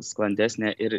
sklandesnė ir